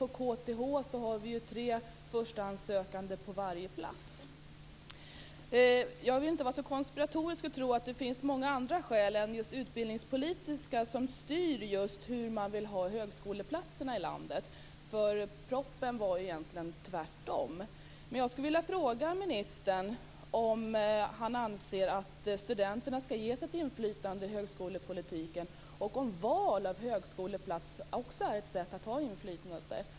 På KTH har vi tre förstahandssökande på varje plats. Jag vill inte vara så konspiratorisk och tro att det finns många andra skäl än just utbildningspolitiska som styr hur man vill ha högskoleplatserna i landet. I propositionen stod det egentligen tvärtom. Jag skulle vilja fråga ministern om han anser att studenterna ska ges ett inflytande i högskolepolitiken och om val av högskoleplats också är ett sätt att ha inflytande.